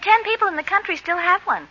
ten people in the country still have one